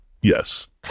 Yes